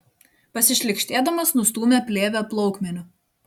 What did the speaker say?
pasišlykštėdamas nustūmė plėvę plaukmeniu